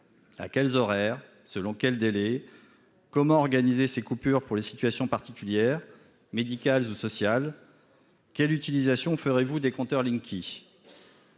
à quels horaires selon quel délai comment organiser ces coupures pour les situations particulières médicale ou sociale qui utilisation ferez-vous des compteurs Linky a